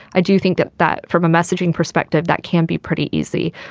i do think that that from a messaging perspective that can be pretty easy.